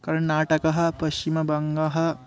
कर्णाटकः पश्चिमवङ्गः